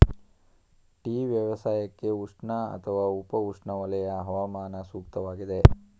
tea ವ್ಯವಸಾಯಕ್ಕೆ ಉಷ್ಣ ಅಥವಾ ಉಪ ಉಷ್ಣವಲಯ ಹವಾಮಾನ ಸೂಕ್ತವಾಗಿದೆ